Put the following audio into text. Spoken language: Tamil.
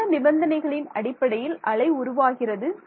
எந்த நிபந்தனைகளின் அடிப்படையில் அலை உருவாகிறது